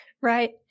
Right